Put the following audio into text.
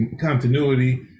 continuity